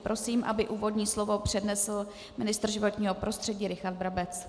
Prosím, aby úvodní slovo přednesl ministr životního prostředí Richard Brabec.